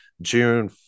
June